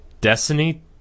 Destiny